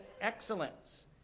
excellence